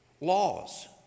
laws